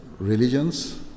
religions